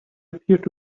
appeared